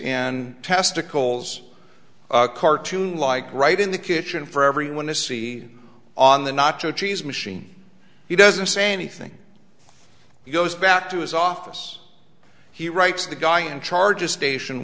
and testicles cartoon like right in the kitchen for everyone to see on the not to cheese machine he doesn't say anything he goes back to his office he writes the guy in charge of station